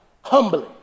humbly